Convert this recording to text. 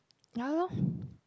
ya loh